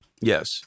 Yes